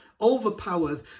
overpowered